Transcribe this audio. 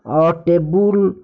table